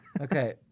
Okay